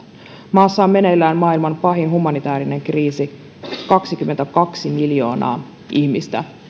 maassa on meneillään maailman pahin humanitäärinen kriisi kaksikymmentäkaksi miljoonaa ihmistä